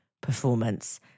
performance